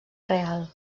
real